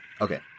Okay